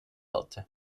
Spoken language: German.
hatte